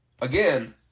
again